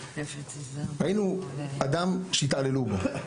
ראינו אדם שהתעללו בו.